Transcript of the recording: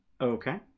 Okay